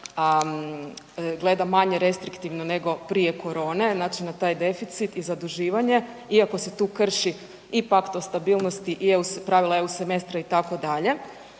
gleda manje restriktivno nego prije korone znači na taj deficit i zaduživanje iako se tu krši i pakt o stabilnosti i EU, pravila EU semestra itd.,